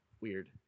Weird